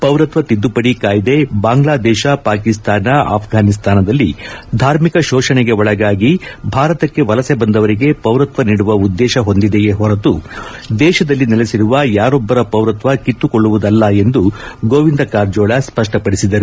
ಪೌರತ್ವ ತಿದ್ದುಪಡಿ ಕಾಯಿದೆ ಬಾಂಗ್ಲಾದೇಶ ಪಾಕಿಸ್ತಾನ ಆಫ್ರಾನಿಸ್ತಾನದಲ್ಲಿ ಧಾರ್ಮಿಕ ಶೋಷಣೆಗೆ ಒಳಗಾಗಿ ಭಾರತಕ್ಕೆ ವಲಸೆ ಬಂದವರಿಗೆ ಪೌರತ್ವ ನೀಡುವ ಉದ್ದೇತ ಹೊಂದಿದೆಯೇ ಹೊರತು ದೇಶದಲ್ಲಿ ನೆಲೆಸಿರುವ ಯಾರೊಬ್ಬರ ಪೌರತ್ವ ಕಿತ್ತುಕೊಳ್ಳುವುದಲ್ಲ ಎಂದು ಗೋವಿಂದ ಕಾರಜೋಳ ಸ್ವಪ್ನಪಡಿಸಿದರು